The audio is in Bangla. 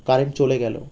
কারেন্ট চলে গেলো